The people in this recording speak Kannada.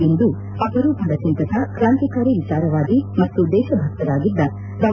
ಇಂದು ಅಪರೂಪದ ಚಿಂತಕ ಕ್ರಾಂತಿಕಾರಿ ವಿಚಾರವಾದಿ ಮತ್ತು ದೇಶಭಕ್ತರಾಗಿದ್ದ ಡಾ